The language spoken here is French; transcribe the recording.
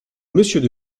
monsieur